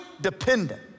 dependent